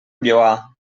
lloar